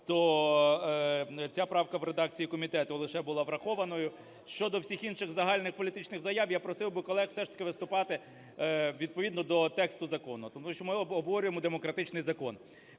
то ця правка в редакції комітету лише була врахованою. Щодо всіх інших загальних політичних заяв, я просив би колег все ж таки виступати відповідно до тексту закону. Тому що ми обговорюємо демократичний закон.